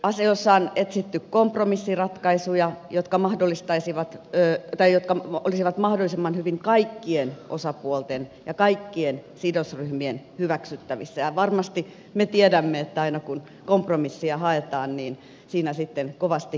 asioissa on etsitty kompromissiratkaisuja jotka olisivat mahdollisimman hyvin kaikkien osapuolten ja kaikkien sidosryhmien hyväksyttävissä ja varmasti me tiedämme että aina kun kompromissia haetaan niin siinä sitten kovasti keskusteluja tarvitaan